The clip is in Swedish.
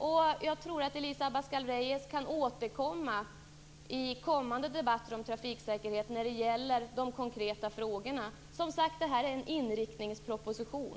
Elisa Abascal Reyes kan säkert återkomma i framtida debatter om trafiksäkerhet när det gäller de konkreta frågorna. Som sagt, detta är en inriktningsproposition.